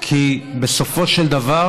כי בסופו של דבר